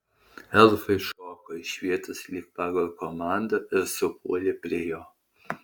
elfai šoko iš vietos lyg pagal komandą ir supuolė prie jo